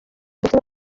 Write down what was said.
ndetse